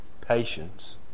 patience